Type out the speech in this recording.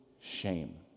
shame